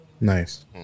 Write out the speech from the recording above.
Nice